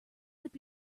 would